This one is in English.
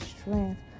strength